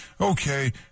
okay